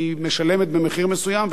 היא משלמת במחיר מסוים,